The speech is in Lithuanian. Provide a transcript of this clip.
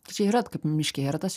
tai čia yra kaip miške yra tas